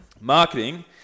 Marketing